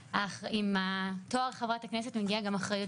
עם התואר "חברת כנסת" מגיעה גם אחריות